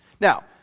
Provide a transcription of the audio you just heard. Now